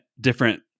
different